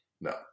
no